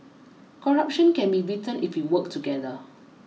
corruption can be beaten if we work together